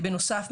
בנוסף,